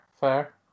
fair